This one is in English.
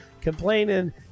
complaining